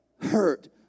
hurt